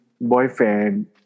boyfriend